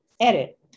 edit